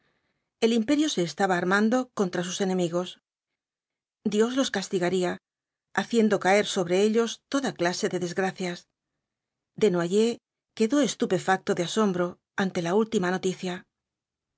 el imperio se estaba armando contra sus enemigos dios los castigaría haciendo caer sobre ellos toda clase de desgracias desnoyers quedó estupefacto de asombro ante la última noticia